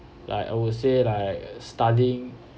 like I would say like studying